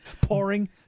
Pouring